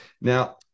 Now